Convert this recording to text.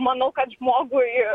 manau kad žmogui